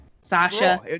Sasha